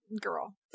Girl